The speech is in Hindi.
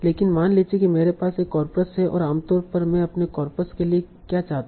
लेकिन मान लीजिए कि मेरे पास एक कॉर्पस है और आमतौर पर मैं अपने कॉर्पस के लिए क्या चाहता था